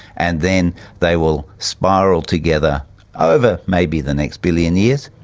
and then they will spiral together over maybe the next billion years.